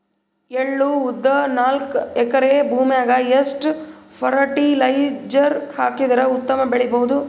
ಎಳ್ಳು, ಉದ್ದ ನಾಲ್ಕಎಕರೆ ಭೂಮಿಗ ಎಷ್ಟ ಫರಟಿಲೈಜರ ಹಾಕಿದರ ಉತ್ತಮ ಬೆಳಿ ಬಹುದು?